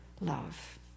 love